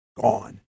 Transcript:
Gone